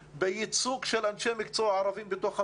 בייצוג של אנשי מקצוע ערבים בתוך המשרד.